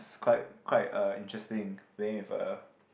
is quite quite uh interesting playing with a